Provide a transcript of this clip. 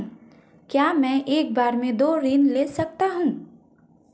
क्या मैं एक बार में दो ऋण ले सकता हूँ?